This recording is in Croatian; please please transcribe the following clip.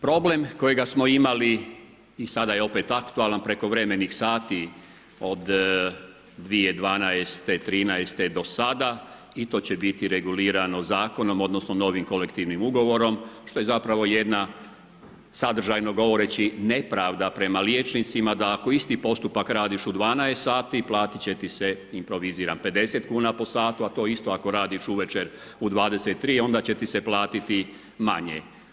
Problem kojega smo imali i sada je opet aktualan, prekovremenih sati od 2012., 2013. do sada, i to će biti regulirano zakonom odnosno novim kolektivnim ugovorom što je zapravo jedna sadržajno govoreći nepravda prema liječnicima da ako isti postupak radiš u 12 sati, platit će ti se improviziram, 50 kn po satu a to isto ako radiš uvečer u 23, onda će ti se platiti manje.